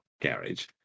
garage